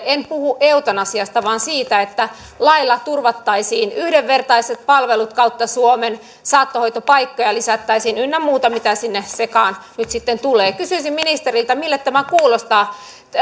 en puhu eutanasiasta vaan siitä että lailla turvattaisiin yhdenvertaiset palvelut kautta suomen saattohoitopaikkoja lisättäisiin ynnä muuta mitä sinne sekaan nyt sitten tulee kysyisin ministeriltä miltä tämä kuulostaa